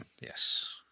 Yes